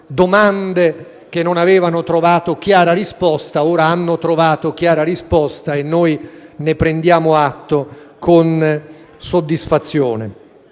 domande che non avevano trovato chiara risposta; ora hanno trovato chiara risposta, e noi ne prendiamo atto con soddisfazione.